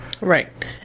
Right